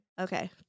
Okay